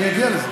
אני אגיע לזה.